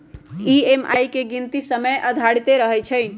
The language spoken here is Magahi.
ई.एम.आई के गीनती समय आधारित रहै छइ